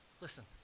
listen